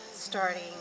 Starting